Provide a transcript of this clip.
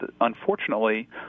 unfortunately